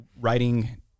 writing